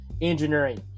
Engineering